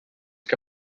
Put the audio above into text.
que